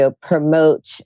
promote